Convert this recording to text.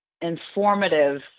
informative